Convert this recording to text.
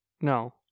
No